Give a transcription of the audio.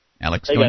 Alex